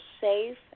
safe